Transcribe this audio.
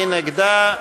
מי נגדה?